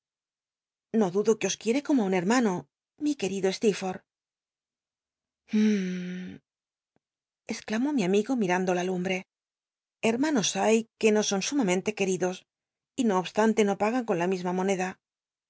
no dudo que os c uicrc tomo i un hermano mi querido ste exclamó mi amigo milando la lumbre hermanos hay c uc no son sumamente qucl'idos y no obstante no pagan con la misma moneda